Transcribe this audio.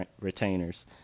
retainers